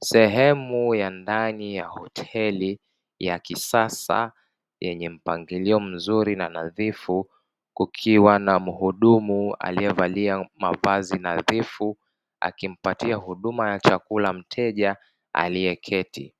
Sehemu ya ndani ya hoteli ya kisasa yenye mpangilio mzuri na nadhifu kukiwa na mhudumu aliyevalia mavazi nadhifu, akimpatia huduma ya chakula mteja aliyeketi